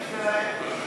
בשבילם.